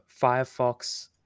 Firefox